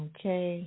Okay